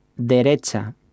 derecha